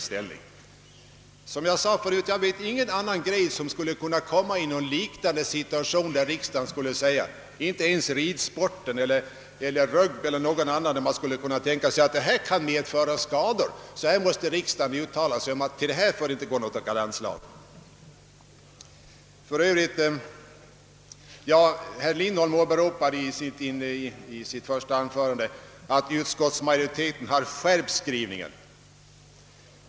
Som jag sade förut vet jag ingen annan idrottsgren som skulle kunna komma i samma situation som boxningen och där riksdagen kun de säga att utövandet av ifrågavarande sportgren kan medföra skador, varför riksdagen skulle uttala sig för att anslag inte skall utgå. Herr Lindholm åberopade i sitt anförande att utskottsmajoriteten har skärpt skrivningen.